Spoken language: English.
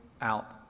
out